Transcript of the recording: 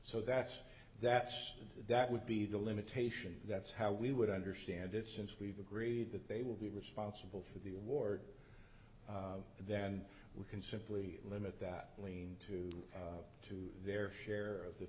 so that's that's that would be the limitation that's how we would understand it since we've agreed that they will be responsible for the award then we can simply limit that lien to to their share of the